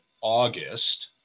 August